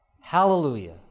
Hallelujah